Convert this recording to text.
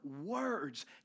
words